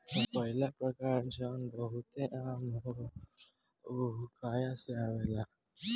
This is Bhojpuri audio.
पहिला प्रकार जवन बहुते आम होला उ हुआकाया से आवेला